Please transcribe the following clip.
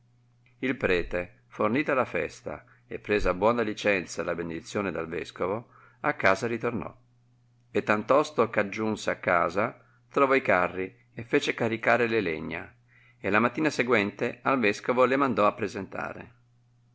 il prete fornita la festa e presa buona licenza e la benedizione dal vescovo a casa ritornò e tantosto eh aggiunse a casa trovò i carri e fece caricare le legna e la mattina sequente al vescovo le mandò appresentare